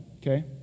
Okay